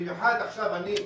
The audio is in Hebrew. במיוחד עכשיו אני,